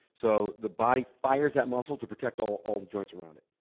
so the body fires that muscle to protect all all the joints around it.